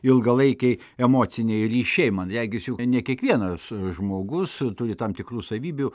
ilgalaikiai emociniai ryšiai man regis juk ne kiekvienas žmogus turi tam tikrų savybių